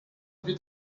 wird